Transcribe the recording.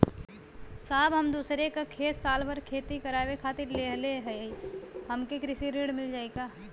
साहब हम दूसरे क खेत साल भर खेती करावे खातिर लेहले हई हमके कृषि ऋण मिल जाई का?